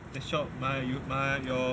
the shop my you ma your